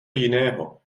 jiného